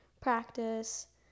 practice